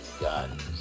guns